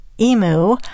emu